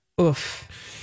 Oof